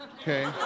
okay